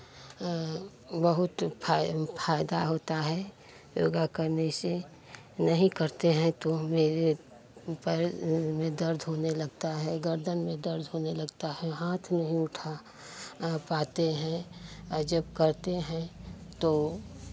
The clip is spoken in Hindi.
बहुत फ़ाय फायदा होता है योगा करने से नहीं करते हैं तो मेरे पैर में दर्द होने लगता है गर्दन में दर्द होने लगता है हाथ नहीं उठा पाते हैं जब करते हैं तो